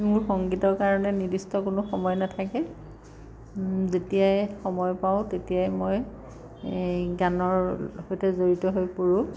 মোৰ সংগীতৰ কাৰণে নিৰ্দিষ্ট কোনো সময় নাথাকে যেতিয়াই সময় পাওঁ তেতিয়াই মই এই গানৰ সৈতে জড়িত হৈ পৰোঁ